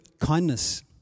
kindness